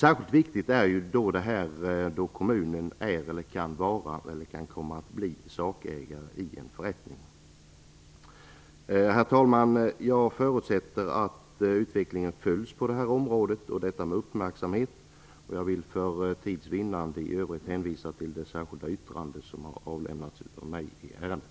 Särskilt viktigt är detta då kommunen är eller kan komma att bli sakägare i en förrättning. Herr talman! Jag förutsätter att utvecklingen följs på detta område, och det med uppmärksamhet. Jag vill för tids vinnande i övrigt hänvisa till det särskilda yttrande som jag avlämnat i ärendet.